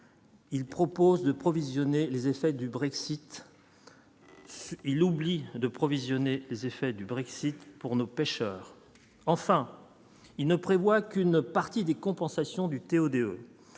il propose de provisionner les effets du Brexit, il oublie de provisionner les effets du Brexit pour nos pêcheurs enfin il ne prévoit qu'une partie des compensations du TO-DE